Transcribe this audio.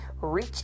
reach